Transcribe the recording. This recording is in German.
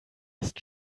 ist